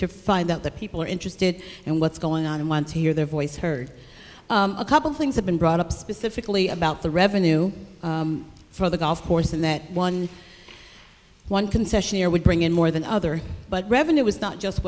to find that the people are interested and what's going on and want to hear their voice heard a couple of things have been brought up specifically about the revenue for the golf course in that one one concessionaire would bring in more than other but revenue is not just